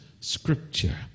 scripture